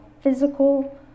physical